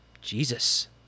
Jesus